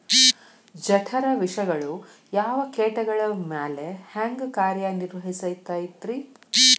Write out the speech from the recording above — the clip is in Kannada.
ಜಠರ ವಿಷಗಳು ಯಾವ ಕೇಟಗಳ ಮ್ಯಾಲೆ ಹ್ಯಾಂಗ ಕಾರ್ಯ ನಿರ್ವಹಿಸತೈತ್ರಿ?